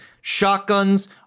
shotguns